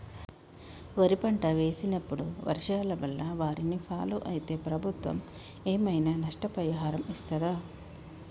వరి పంట వేసినప్పుడు వర్షాల వల్ల వారిని ఫాలో అయితే ప్రభుత్వం ఏమైనా నష్టపరిహారం ఇస్తదా?